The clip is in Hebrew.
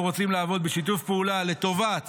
אנחנו רוצים לעבוד בשיתוף פעולה לטובת